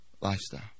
lifestyle